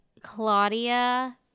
Claudia